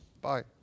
Bye